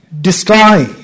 destroy